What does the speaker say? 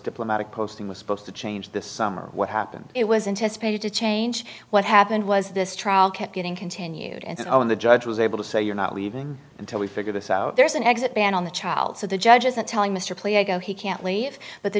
diplomatic posting was supposed to change this summer what happened it was intended to change what happened was this trial kept getting continued and when the judge was able to say you're not leaving until we figure this out there's an exit ban on the child so the judge isn't telling mr play i go he can't leave